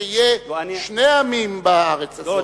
שיהיו שני עמים בארץ הזאת.